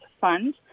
fund